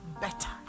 better